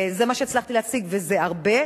זה מה שהצלחתי להשיג וזה הרבה,